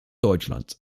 deutschland